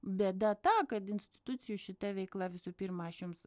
bėda ta kad institucijų šita veikla visų pirma aš jums